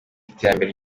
iterambere